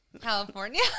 California